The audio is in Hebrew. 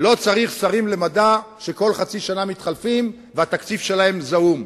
לא צריך שרים למדע שכל חצי שנה מתחלפים והתקציב שלהם זעום.